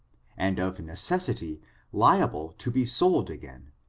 and of necessity liable to be sold again,